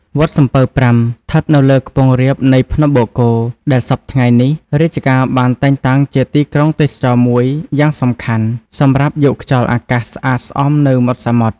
វត្តសំពៅប្រាំ ឋិតនៅលើខ្ពង់រាបនៃភ្នំបូកគោ ដែលសព្វថ្ងៃនេះ រាជការបានតែងតាំងជាទីក្រុងទេសចរណ៍មួយយ៉ាងសំខាន់ សម្រាប់យកខ្យល់អាកាសស្អាតស្អំនៅមាត់សមុទ្រ ។